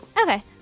Okay